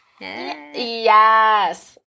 Yes